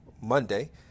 Monday